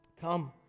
come